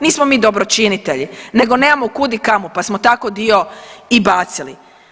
Nismo mi dobročinitelji nego nemamo kud i kamo pa smo tako dio i bacili.